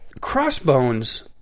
crossbones